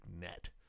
net